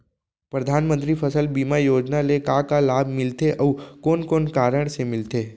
परधानमंतरी फसल बीमा योजना ले का का लाभ मिलथे अऊ कोन कोन कारण से मिलथे?